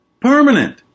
Permanent